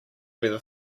whether